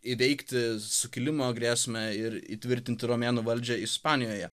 įveikti sukilimo grėsmę ir įtvirtinti romėnų valdžią ispanijoje